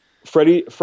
Freddie